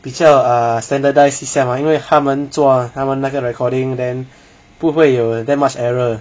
比较 err standardised 一下 mah 因为他们做他们那个 recording then 不会有 that much error 的